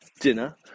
dinner